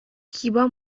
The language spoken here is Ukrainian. хіба